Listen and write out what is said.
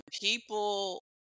people